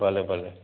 भले भले